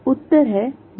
उत्तर है नहीं